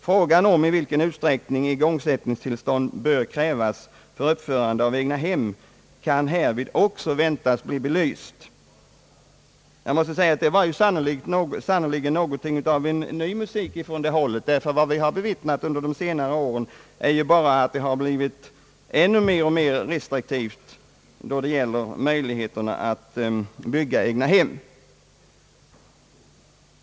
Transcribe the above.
Frågan om i vilken utsträckning igångsättningstillstånd bör krävas för uppförande av egnahem kan härvid väntas bli belyst.» Det var sannerligen någonting av en ny musik från det hållet, ty vi har under de senaste åren bara bevittnat hur det har blivit än mer restriktivt då det gällt möjligheterna att bygga egna hem.